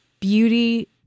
beauty